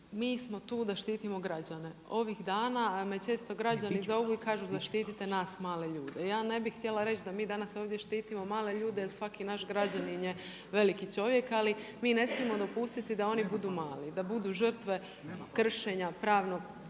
mi smo tu sa štitimo građane. Ovih dana me često građani zovu i kažu zaštite nas male ljude. Ja ne bih htjela reći da mi danas ovdje štitimo male ljude, jer svaki naš građanin je veliki čovjek. Ali mi ne smijemo dopustiti da oni budu mali, da budu žrtve kršenja pravnog